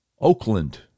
Oakland